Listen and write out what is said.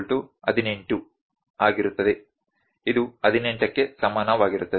e 56718 ಆಗಿರುತ್ತದೆ ಇದು 18 ಕ್ಕೆ ಸಮಾನವಾಗಿರುತ್ತದೆ